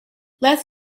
less